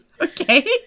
Okay